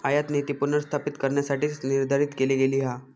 आयातनीती पुनर्स्थापित करण्यासाठीच निर्धारित केली गेली हा